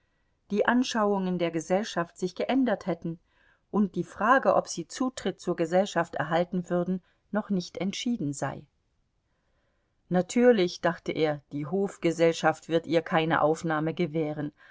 die anschauungen der gesellschaft sich geändert hätten und die frage ob sie zutritt zur gesellschaft erhalten würden noch nicht entschieden sei natürlich dachte er die hofgesellschaft wird ihr keine aufnahme gewähren